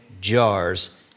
jars